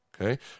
okay